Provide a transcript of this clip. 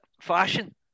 fashion